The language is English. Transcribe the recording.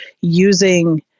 using